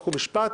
חוק ומשפט,